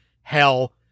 hell